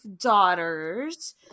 daughters